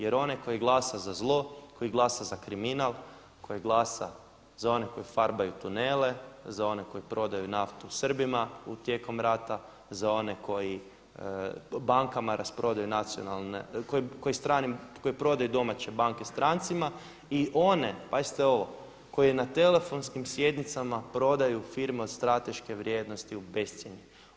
Jer ona koji glasa za zlo, koji glasa za kriminal, koji glasa za one koji farbaju tunele, za one koji prodaju naftu Srbima tijekom rata, za one koji bankama rasprodaju nacionalne, koji prodaju domaće banke strancima i one, pazite ovo koji na telefonskim sjednicama prodaju firme od strateške vrijednosti u bescjenje.